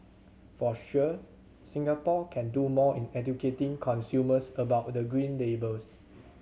for sure Singapore can do more in educating consumers about the Green Labels